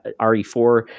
re4